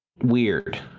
weird